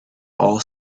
all